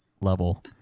level